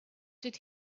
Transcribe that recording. did